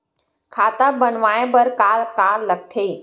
खाता बनवाय बर का का लगथे?